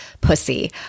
Pussy